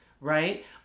right